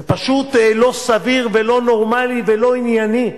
זה פשוט לא סביר ולא נורמלי ולא ענייני.